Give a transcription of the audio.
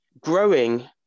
growing